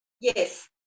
Yes